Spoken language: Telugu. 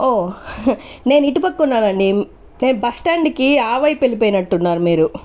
ఓ నేను ఇటు పక్క ఉన్నానండి నేను బస్సు స్టాండ్ కి ఆవైపు వెళ్ళిపోయినట్టున్నారు మీరు